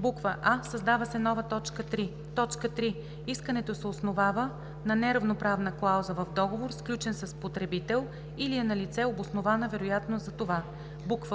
2: а) създава се нова т. 3: „3. искането се основава на неравноправна клауза в договор, сключен с потребител или е налице обоснована вероятност за това;“